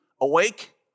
awake